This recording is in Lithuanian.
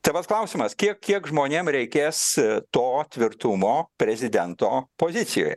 tai vat klausimas kiek kiek žmonėm reikės to tvirtumo prezidento pozicijoje